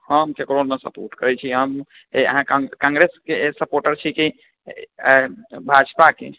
हम ककरो नहि सपोर्ट करै छियै हम अहाँ कांग्रेसके सपोर्टर छी कि भाजपाके